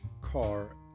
car